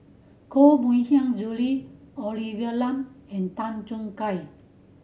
Koh Mui Hiang Julie Olivia Lum and Tan Choo Kai